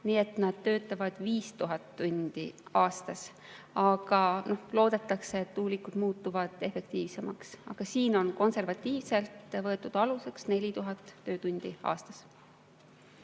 nii, et nad töötavad 5000 tundi aastas. Loodetakse, et tuulikud muutuvad efektiivsemaks. Aga siin on konservatiivselt võetud aluseks 4000 töötundi aastas.